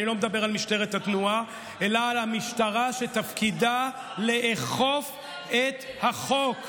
אני לא מדבר על משטרת התנועה אלא על המשטרה שתפקידה לאכוף את החוק.